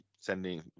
sending